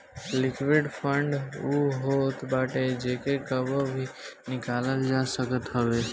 liquid fund उ होत बाटे जेके कबो भी निकालल जा सकत हवे